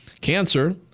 cancer